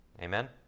Amen